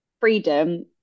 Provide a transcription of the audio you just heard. freedom